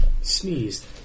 sneezed